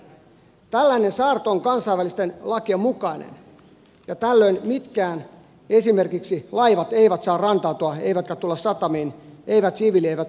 tällainen saarto on kansainvälisten lakien mukainen ja tällöin esimerkiksi mitkään laivat eivät saa rantautua eivätkä tulla satamiin eivät siviili eivätkä sotalaivat